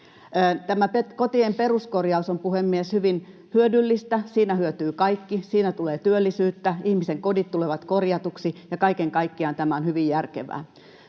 Tämä kotien peruskorjaus on, puhemies, hyvin hyödyllistä. Siinä hyötyvät kaikki: siinä tulee työllisyyttä, ihmisten kodit tulevat korjatuiksi, ja kaiken kaikkiaan tämä on hyvin järkevää.